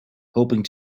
hoping